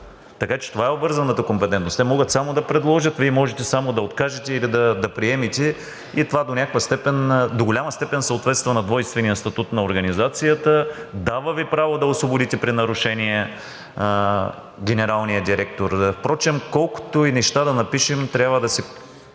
Така че това е обвързаната компетентност. Те могат само да предложат, а Вие можете само да откажете или да приемете. Това до голяма степен съответства на двойствения статут на организацията и Ви дава право да освободите при нарушение генералния директор. Впрочем, колкото и неща да напишем, трябва да си